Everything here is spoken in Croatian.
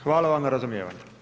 Hvala vam na razumijevanju.